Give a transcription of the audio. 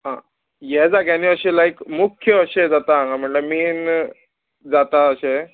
आं ह्या जाग्यांनी अशें लायक मुख्य अशें जाता हांगा म्हणल्यार मेन जाता अशें